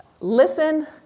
listen